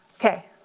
okay.